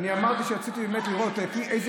אני אמרתי שרציתי באמת לראות לפי איזה